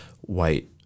white